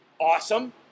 Awesome